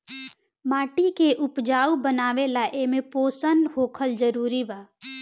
माटी के उपजाऊ बनावे ला एमे पोषण होखल जरूरी बा